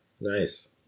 Nice